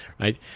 right